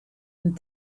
and